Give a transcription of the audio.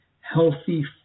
healthy